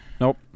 nope